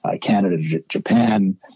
Canada-Japan